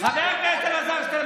חבר הכנסת שטרן,